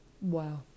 Wow